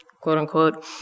quote-unquote